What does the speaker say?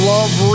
Love